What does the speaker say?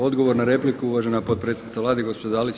Odgovor na repliku uvažena potpredsjednica Vlade gospođa Dalić.